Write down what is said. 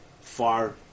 far